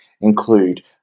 include